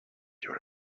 your